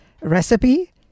recipe